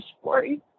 story